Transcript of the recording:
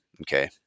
Okay